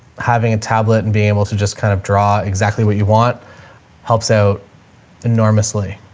having a tablet and being able to just kind of draw exactly what you want helps out enormously.